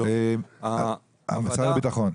משרד הביטחון.